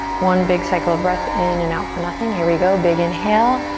one big cycle of breath in and out for nothing. here we go, big inhale.